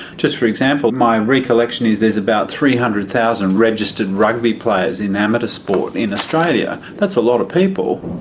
just for example, my recollection is there is about three hundred thousand registered rugby players in amateur sport in australia, that's a lot of people.